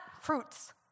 fruits